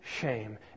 shame